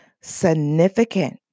Significant